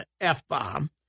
F-bomb